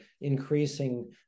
increasing